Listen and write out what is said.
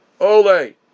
ole